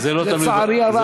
לצערי הרב,